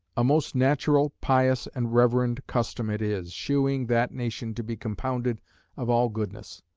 a most natural, pious, and reverend custom it is, shewing that nation to be compounded of all goodness.